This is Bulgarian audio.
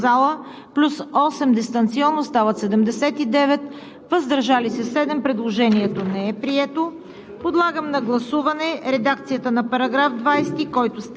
за 46, против 71 в залата плюс 8 дистанционно – стават 79, въздържали се 7. Предложението не е прието.